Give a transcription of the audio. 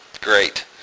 Great